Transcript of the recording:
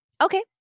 Okay